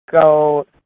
go